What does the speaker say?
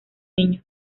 niño